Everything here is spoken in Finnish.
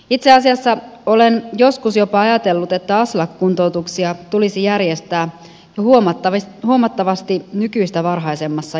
itse asiassa olen joskus jopa ajatellut että aslak kuntoutuksia tulisi järjestää huomattavasti nykyistä varhaisemmassa iässä